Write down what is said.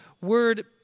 word